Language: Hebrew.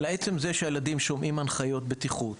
עצם זה שהילדים שומעים הנחיות בטיחות,